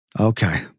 Okay